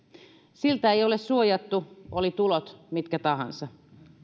siltä ei ole suojattu olivat tulot mitkä tahansa